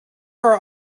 our